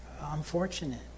unfortunate